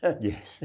Yes